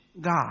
God